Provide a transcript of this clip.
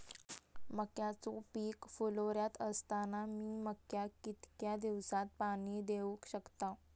मक्याचो पीक फुलोऱ्यात असताना मी मक्याक कितक्या दिवसात पाणी देऊक शकताव?